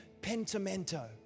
pentimento